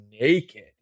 naked